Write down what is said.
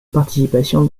participation